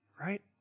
Right